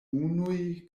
unuj